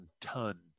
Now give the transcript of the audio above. ton